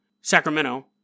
Sacramento